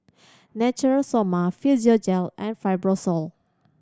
Natura Stoma Physiogel and Fibrosol